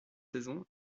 saison